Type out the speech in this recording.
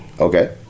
Okay